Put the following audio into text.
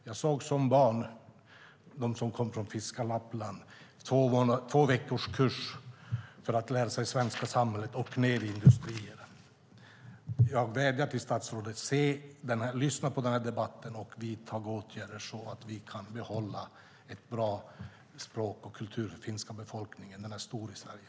Jag såg som barn de som kom från finska Lappland. De fick två veckors kurs för att lära sig om det svenska samhället, och sedan gick de ned i industrierna. Jag vädjar till statsrådet. Lyssna på den här debatten och vidta åtgärder så att vi kan behålla ett bra språk och en bra kultur! Den finska befolkningen är stor i Sverige.